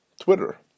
Twitter